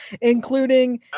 including